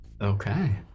Okay